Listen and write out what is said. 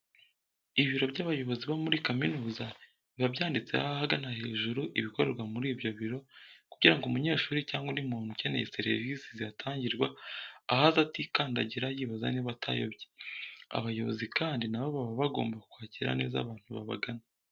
Ibiro by'abayobozi bo muri kaminuza biba byanditseho ahagana hejuru ibikorerwa muri ibyo biro kugira ngo umunyeshuri cyangwa undi muntu ukeneye serivise zihatangirwa ahaze atikandagira yibaza niba atayobye. Abayobozi kandi na bo baba bagomba kwakira neza abantu bagana.